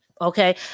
Okay